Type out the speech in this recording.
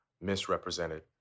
misrepresented